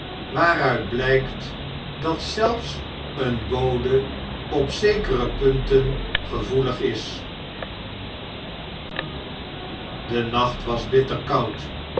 waaruit blijkt dat zelfs een bode op zekere punten gevoelig is de nacht was bitter koud